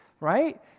right